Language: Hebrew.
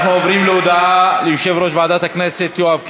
אנחנו עוברים להודעה של יושב-ראש ועדת הכנסת יואב קיש.